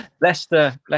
Leicester